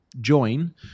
join